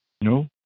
No